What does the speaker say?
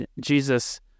jesus